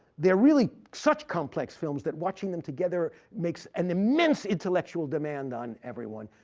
they're really such complex films that watching them together makes an immense intellectual demand on everyone.